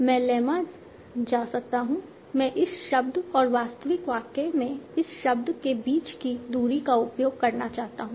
मैं लेम्मा जा सकता हूं मैं इस शब्द और वास्तविक वाक्य में इस शब्द के बीच की दूरी का उपयोग करना चाहता हूँ